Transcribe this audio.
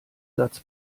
satz